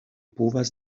povas